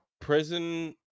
Prison